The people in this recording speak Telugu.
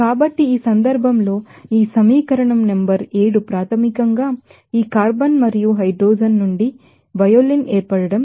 కాబట్టి ఈ సందర్భంలో ఈ సమీకరణం నంబర్ ఏడు ప్రాథమికంగా ఈ కార్బన్ మరియు హైడ్రోజన్ నుండి వయోలిన్ ఏర్పడటం